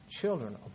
Children